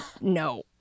no